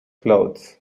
clothes